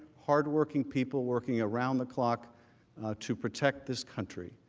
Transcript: hard-working people working around the clock to protect this country.